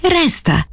resta